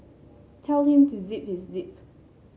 tell him to zip his lip